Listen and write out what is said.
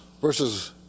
versus